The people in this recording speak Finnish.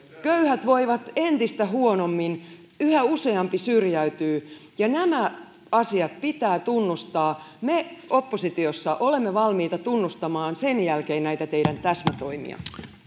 köyhät voivat entistä huonommin yhä useampi syrjäytyy ja nämä asiat pitää tunnustaa me oppositiossa olemme valmiita tunnustamaan sen jälkeen näitä teidän täsmätoimianne